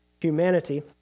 humanity